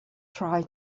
try